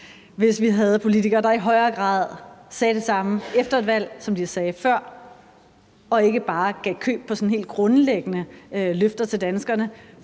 hvis vi havde politikere, der i højere grad sagde det samme efter et valg, som de sagde før, og at de ikke bare gav køb på sådan helt grundlæggende løfter til danskerne